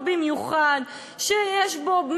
אני כבר אחרי.